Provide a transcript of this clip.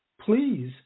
please